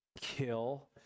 kill